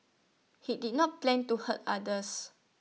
he did not plan to hurt others